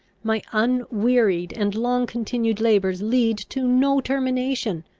my unwearied and long-continued labours lead to no termination!